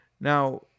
Now